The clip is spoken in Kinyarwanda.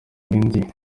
bindi